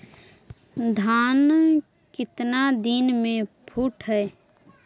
धान केतना दिन में फुट है?